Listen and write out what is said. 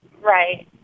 Right